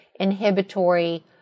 inhibitory